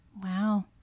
Wow